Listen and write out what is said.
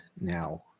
now